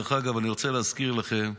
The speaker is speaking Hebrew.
אני רוצה להזכיר לכם,